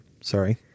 sorry